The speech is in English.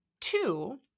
Two